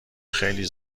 خیلی